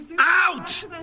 Out